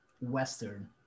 western